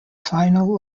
final